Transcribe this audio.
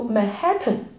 Manhattan